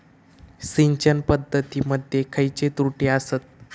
सिंचन पद्धती मध्ये खयचे त्रुटी आसत?